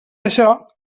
això